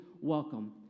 welcome